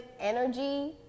energy